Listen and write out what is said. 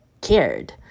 cared